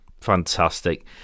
Fantastic